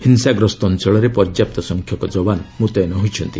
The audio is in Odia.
ହିଂସାଗ୍ରସ୍ତ ଅଞ୍ଚଳରେ ପର୍ଯ୍ୟାପ୍ତ ସଂଖ୍ୟକ ଯବାନ ମୁତୟନ ହୋଇଛନ୍ତି